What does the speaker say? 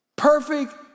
perfect